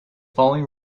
following